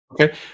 Okay